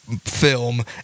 film